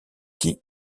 qui